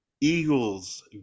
Eagles